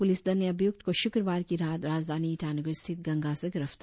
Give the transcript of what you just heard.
police दल ने अभियुक्तको शुक्रवार ी रात राजधानी ईटानगर स्थित गंगा से गिरफ्